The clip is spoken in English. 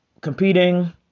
competing